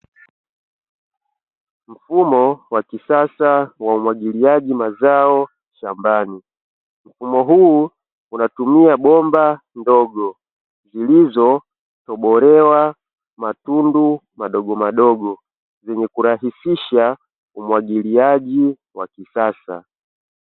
Mfumo wa kisasa wa umwagiliaji mazao shambani. Mfumo huu unatumia bomba ndogo zilizotobolewa matundu madogodogo zenye kurahisisha umwagiliaji wa kisasa.